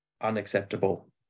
unacceptable